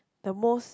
the most